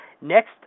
Next